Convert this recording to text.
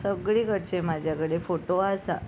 सगळे कडचे म्हज्या कडेन फोटो आसा